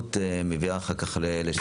שאי-בהירות מביאה אחר כך לשאלות,